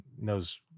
knows